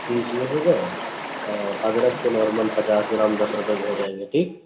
تیس یہ ہو گئے اور ادرک تو نارمل پچاس گرام دس روپئے کے ہو جائیں گے ٹھیک